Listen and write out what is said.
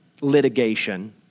litigation